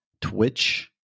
Twitch